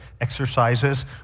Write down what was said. exercises